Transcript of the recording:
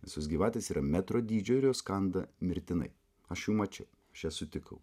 visos gyvatės yra metro dydžio ir jos kanda mirtinai aš jų mačiau aš jas sutikau